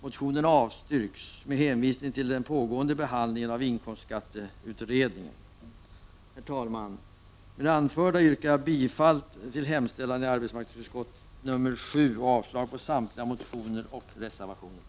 Motionen avstyrks med hänvisning till den pågående behandlingen av inkomstskatteutredningen. Herr talman! Med det anförda yrkar jag bifall till hemställan i arbetsmarknadutskottets betänkande nr 7 och avslag på samtliga motioner och reservationer.